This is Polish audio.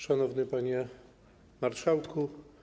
Szanowny Panie Marszałku!